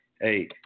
hey